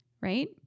Right